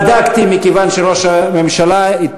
בדקתי, מכיוון שראש הממשלה ביקש.